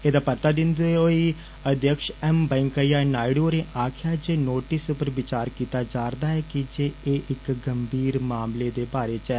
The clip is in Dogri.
एहदा परता दिन्दे होई अध्यक्ष एम वैंकेय्या नायडू होरें आक्खेआ जे नोटिस पर विचार कीता जारदा ऐ कीजे एह् इक गंभीर मामले दे बारे च ऐ